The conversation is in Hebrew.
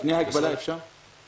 לפני ההגבלה, אפשר?